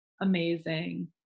amazing